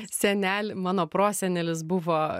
seneli mano prosenelis buvo